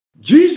jesus